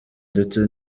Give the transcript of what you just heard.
ndetse